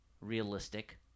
realistic